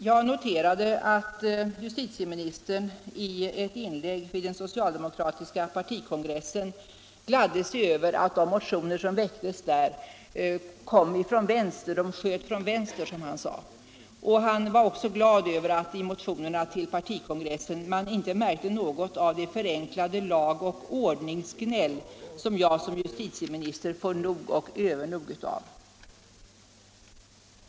Jag noterade att justitieministern i ett inlägg vid den socialdemokratiska partikongressen gladde sig över att de motioner som väckts där ”sköt från vänster”, som justitieministern uttryckte det. Han var också glad över att man i motionerna till partikongressen inte märkte något av ”det förenklade lagoch ordningsgnäll, som jag som justitieminister får nog och övernog av”.